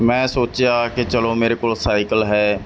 ਮੈਂ ਸੋਚਿਆ ਕਿ ਚਲੋ ਮੇਰੇ ਕੋਲ ਸਾਈਕਲ ਹੈ